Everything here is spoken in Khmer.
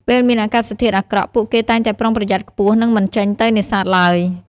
ពេលមានអាកាសធាតុអាក្រក់ ពួកគេតែងតែប្រុងប្រយ័ត្នខ្ពស់ និងមិនចេញទៅនេសាទឡើយ។